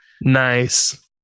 Nice